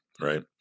right